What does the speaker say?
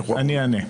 אני אענה.